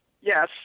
yes